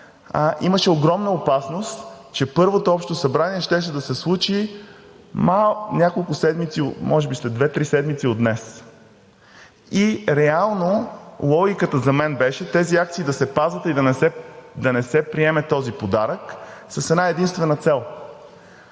Имаше огромна опасност, че първото Общо събрание щеше да се случи може би след две-три седмици от днес. И реално логиката за мен беше тези акции да се пазят и да не се приеме този подарък с една-единствена цел,